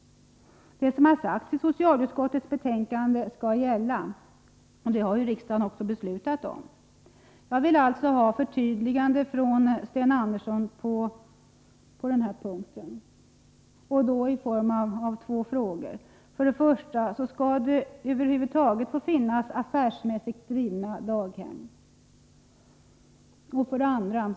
Det som har sagts i socialutskottets betänkande skall gälla — det har ju riksdagen också beslutat om. Jag vill alltså ha ett förtydligande från Sten Andersson på den här punkten, och därför ställer jag två frågor: 1. Skall det över huvud taget få finnas affärsmässigt drivna daghem? 2.